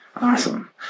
Awesome